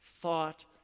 thought